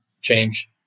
change